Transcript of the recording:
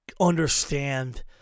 understand